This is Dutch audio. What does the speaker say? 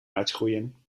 uitgroeien